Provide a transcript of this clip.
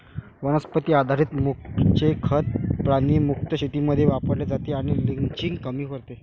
वनस्पती आधारित मूळचे खत प्राणी मुक्त शेतीमध्ये वापरले जाते आणि लिचिंग कमी करते